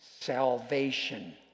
Salvation